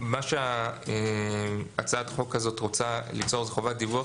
מה שהצעת החוק הזאת רוצה ליצור זו חובת דיווח